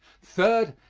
third,